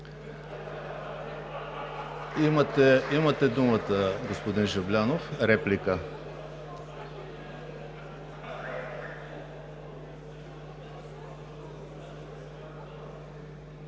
Имате думата, господин Жаблянов, за реплика.